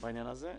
בעניין הזה.